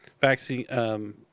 vaccine